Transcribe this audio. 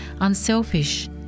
unselfish